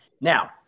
Now